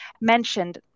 mentioned